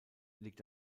liegt